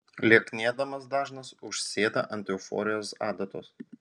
lieknėdamas dažnas užsėda ant euforijos adatos